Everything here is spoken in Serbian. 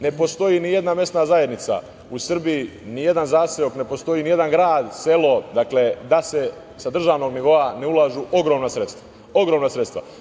Ne postoji ni jedna mesna zajednica u Srbiji, ni jedan zaseok, ne postoji ni jedan grad, selo, da se sa državnog nivoa ne ulažu ogromna sredstva.